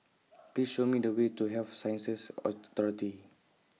Please Show Me The Way to Health Sciences Authority